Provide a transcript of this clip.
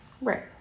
Right